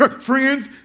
Friends